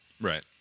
Right